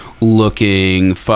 looking